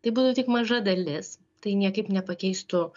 tai būtų tik maža dalis tai niekaip nepakeistų